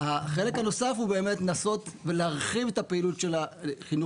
החלק הנוסף הוא באמת לנסות ולהרחיב את הפעילות של החינוך